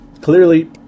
clearly